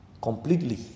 completely